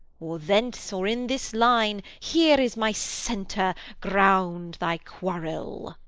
or thence, or in this line here is my centre ground thy quarrel.